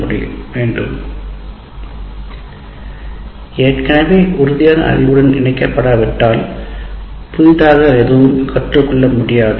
" ஏற்கனவே உறுதியான அறிவுடன் இணைக்கப்படாவிட்டால் புதிதாக எதுவும் கற்றுக்கொள்ள முடியாது